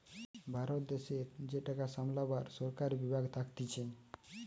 ভারত দেশের যে টাকা সামলাবার সরকারি বিভাগ থাকতিছে